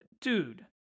Dude